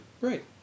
right